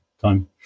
time